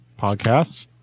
podcasts